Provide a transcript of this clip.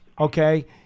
okay –